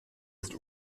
ist